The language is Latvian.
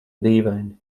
dīvaini